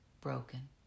broken